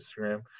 Instagram